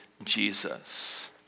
Jesus